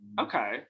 Okay